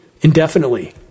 indefinitely